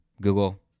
Google